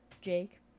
Jake